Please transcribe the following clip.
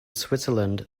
switzerland